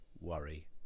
worry